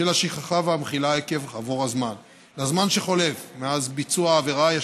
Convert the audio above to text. של השכחה והמחילה עקב עבור הזמן: לזמן שחלף מאז ביצוע העבירה יש